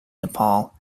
nepal